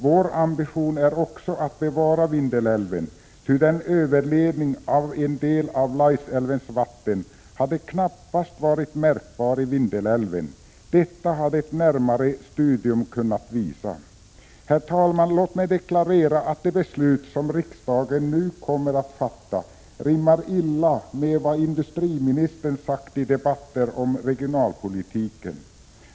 Vår ambition är också att bevara Vindelälven, ty en överledning av en del av Laisälvens vatten hade knappast varit märkbar i Vindelälven. Detta hade ett närmare studium kunnat visa. Herr talman! Låt mig deklarera att det beslut som riksdagen nu kommer att fatta rimmar illa med vad industriministern sagt i debatter om regionalpolitiken.